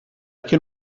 can